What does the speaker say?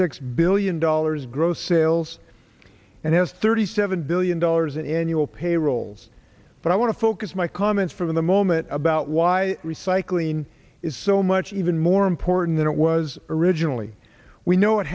six billion dollars gross sales and has thirty seven billion dollars in annual pay rolls but i want to focus my comments for the moment about why recycling is so much even more important than it was originally we know it